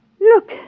look